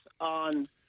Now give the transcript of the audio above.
on